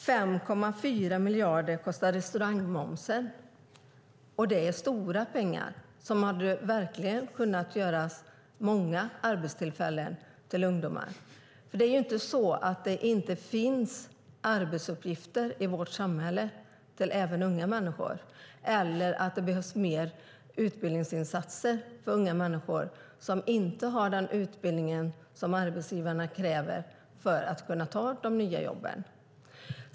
5,4 miljarder kostar restaurangmomsen, och det är stora pengar som verkligen hade kunnat skapa många arbetstillfällen till ungdomar. Det är inte så att det inte finns arbetsuppgifter i vårt samhälle även till unga människor eller att det behövs mer utbildningsinsatser för unga människor som inte har den utbildning som arbetsgivarna kräver för de nya jobben.